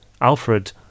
Alfred